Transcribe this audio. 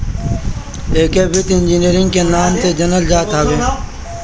एके वित्तीय इंजीनियरिंग के नाम से जानल जात हवे